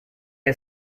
are